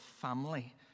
family